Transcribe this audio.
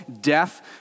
death